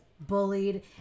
bullied